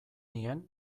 nien